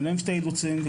יש להם אילוצים,